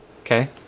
Okay